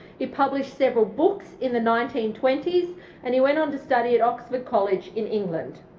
he published several books in the nineteen twenty s and he went on to study at oxford college in england.